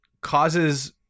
causes